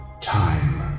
Time